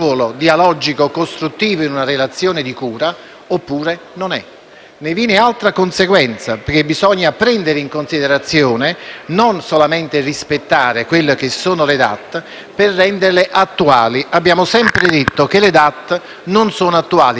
Ne viene un'altra conseguenza, perché bisogna prendere in considerazione - non solamente rispettare - le DAT per renderle attuali. Abbiamo sempre detto che le DAT non sono attuali, perché in questo momento, ora, posso decidere per quando sarà -